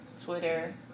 Twitter